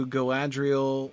Galadriel